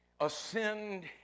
ascend